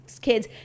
kids